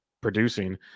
producing